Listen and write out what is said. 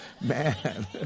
man